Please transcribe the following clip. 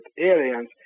aliens